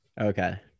Okay